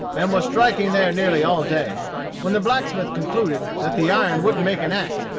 and was striking there nearly all day when the blacksmith concluded that the iron wouldn't make an axe,